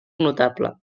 notable